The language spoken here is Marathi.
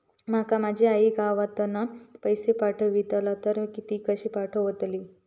माका माझी आई गावातना पैसे पाठवतीला तर ती कशी पाठवतली?